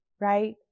right